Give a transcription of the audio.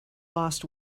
lost